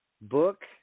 book